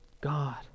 God